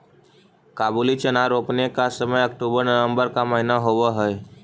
काबुली चना रोपने का समय अक्टूबर नवंबर का महीना होवअ हई